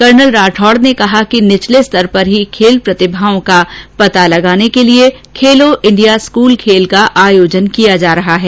colonel Rathore ने कहा कि निचले स्तर पर ही खेल प्रतिभाओं का पता लगाने के लिए खेलो इंडिया स्कूल खेल का आयोजन किया जा रहा है